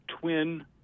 twin